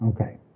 Okay